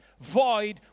void